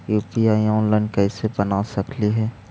UPI online कैसे बना सकली हे?